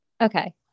Okay